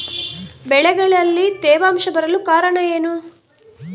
ಬೆಳೆಗಳಲ್ಲಿ ತೇವಾಂಶ ಬರಲು ಕಾರಣ ಏನು?